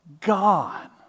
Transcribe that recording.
God